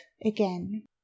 again